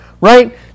right